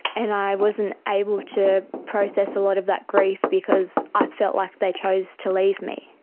and i wasn't able to process a lot of that grief because i felt like they chose to leave me,